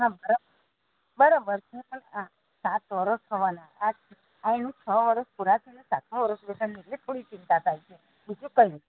હા બરાબર છે સાત વર્ષ થવાના આ એનું છ વર્ષ પૂરા થયાં અને સાતમું બેઠું એટલે થોડી ચિંતા થાય છે બીજું કંઈ નહીં